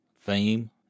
fame